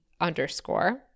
underscore